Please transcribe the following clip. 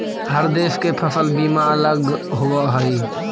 हर देश के फसल बीमा अलग होवऽ हइ